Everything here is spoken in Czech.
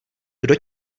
kdo